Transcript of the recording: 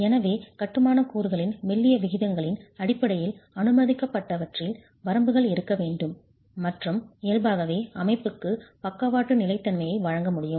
எனவே கட்டுமான கூறுகளின் மெல்லிய விகிதங்களின் அடிப்படையில் அனுமதிக்கப்பட்டவற்றில் வரம்புகள் இருக்க வேண்டும் மற்றும் இயல்பாகவே அமைப்புக்கு பக்கவாட்டு நிலைத்தன்மையை வழங்க முடியும்